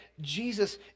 Jesus